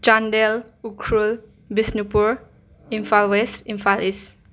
Chandel Ukhrul Bishnupur Imphal west Imphal is